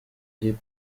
hip